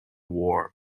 war